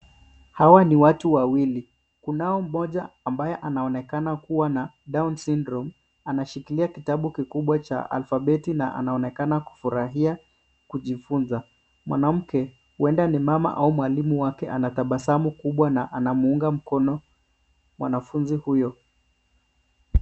Hawa ni watu wawili. Kunao mmoja ambaye anaonekana kuwa na down syndrome anashikilia kitabu kikubwa cha alphabeti na anaonekana kufurahia kujifunza. Mwanamke huenda ni mama au mwalimu wake anatabasamu kubwa na anamuunga mkono mwanafunzi huyo.